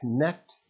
connect